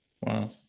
Wow